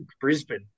Brisbane